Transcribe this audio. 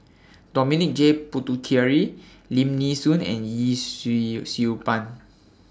Dominic J Puthucheary Lim Nee Soon and Yee Siew Siew Pun